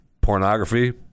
pornography